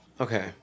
Okay